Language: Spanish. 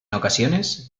ocasiones